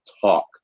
talk